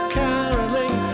caroling